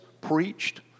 preached